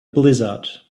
blizzard